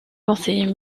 conseiller